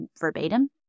verbatim